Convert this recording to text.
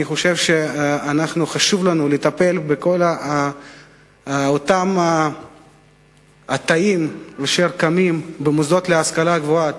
אני חושב שחשוב לנו לטפל בכל אותם תאים אשר קמים במוסדות להשכלה גבוהה,